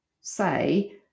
say